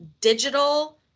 digital